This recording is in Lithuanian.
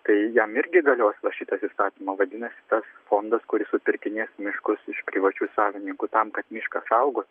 tai jam irgi galios va šitas įstatyma vadinasi tas fondas kuris supirkinės miškus iš privačių savininkų tam kad mišką saugos